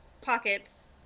pockets